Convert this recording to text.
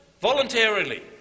voluntarily